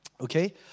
Okay